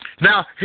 Now